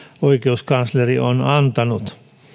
oikeuskansleri on on antanut